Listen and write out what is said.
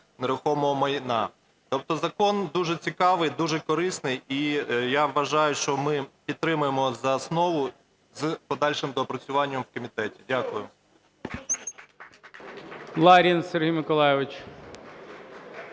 нерухомого майна. Тобто закон дуже цікавий, дуже корисний. І я вважаю, що ми підтримаємо за основу з подальшим доопрацювання у комітеті. Дякую.